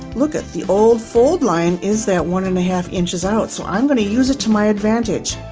look at the old fold line is that one and a half inches out, so i'm going to use it to my advantage.